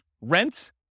rent